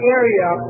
area